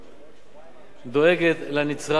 דואגת לנצרך ולא למצרך.